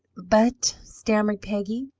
but stammered peggy.